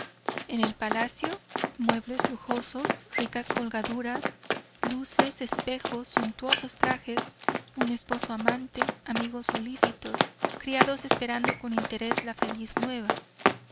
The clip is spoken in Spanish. en el palacio muebles lujosos ricas colgaduras luces espejos suntuosos trajes un esposo amante amigos solícitos criados esperando con interés la feliz nueva